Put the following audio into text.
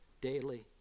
daily